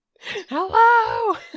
Hello